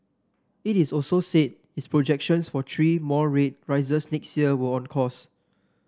it is also said its projections for three more rate rises next year were on course